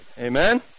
Amen